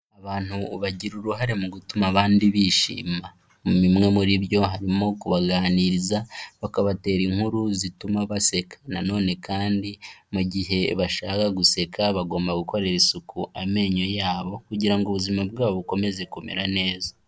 Abantu bagira uruhare mu gutuma abandi bishima, bimwe muri byo harimo kubaganiriza bakabatera inkuru zituma baseka, na none kandi mu gihe bashaka guseka bagomba gukorera isuku amenyo yabo kugira ubuzima bwabo bukomeze kumera neza.